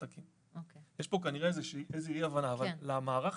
בוקר טוב לכולם, ה- 9 במאי 2022 למניינם,